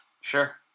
Sure